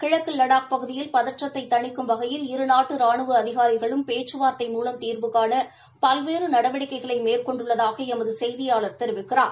கிழக்கு வடாக் பகுதியில் பதற்றத்தை தணிக்கும் வகையில் இரு நாட்டு ரானுவ அதிகாரிகளும் பேச்சுவார்த்தை மூலம் தீர்வுகாண பல்வேறு நடவடிக்கைகளை மேற்கொண்டுள்ளதாக உள்ளதாக எமது செய்தியாளர் தெரிவிக்கிறார்